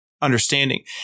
understanding